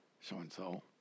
so-and-so